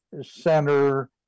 Center